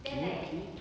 okay okay